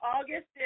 August